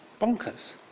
bonkers